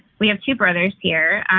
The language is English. we have two brothers here,